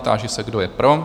Táži se, kdo je pro?